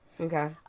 Okay